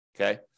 okay